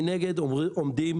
מנגד עומדים